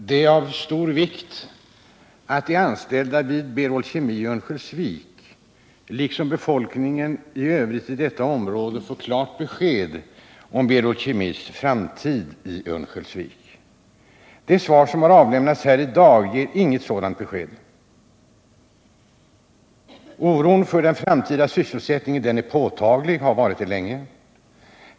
Herr talman! Det är av stor vikt att de anställda vid Berol Kemi i Örnsköldsvik liksom befolkningen i övrigt i detta område får klart besked om Berol Kemis framtid i Örnsköldsvik. Det svar som har avlämnats här i dag ger inget sådant besked. Oron för den framtida sysselsättningen är påtaglig och har varit det länge.